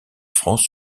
france